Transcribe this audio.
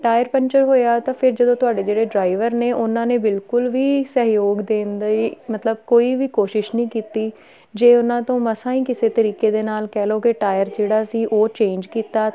tyre puncture ਹੋਇਆ ਤਾਂ ਫਿਰ ਜਦੋਂ ਤੁਹਾਡੇ ਜਿਹੜੇ ਡਰਾਈਵਰ ਨੇ ਉਹਨਾਂ ਨੇ ਬਿਲਕੁਲ ਵੀ ਸਹਿਯੋਗ ਦੇਣ ਦਾ ਹੀ ਮਤਲਬ ਕੋਈ ਵੀ ਕੋਸ਼ਿਸ਼ ਨਹੀਂ ਕੀਤੀ ਜੇ ਉਹਨਾਂ ਤੋਂ ਮਸਾਂ ਹੀ ਕਿਸੇ ਤਰੀਕੇ ਦੇ ਨਾਲ ਕਹਿ ਲੋ ਕਿ ਟਾਇਰ ਜਿਹੜਾ ਅਸੀਂ ਉਹ ਚੇਂਜ ਕੀਤਾ